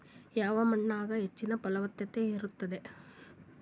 ಯಾವ ಮಣ್ಣಾಗ ಹೆಚ್ಚಿನ ಫಲವತ್ತತ ಇರತ್ತಾದ?